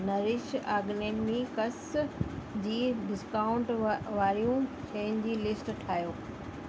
nourish आगिनेनीकस जी discount वा वारियूं शयुनि जी लिस्ट ठाहियो